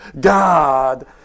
God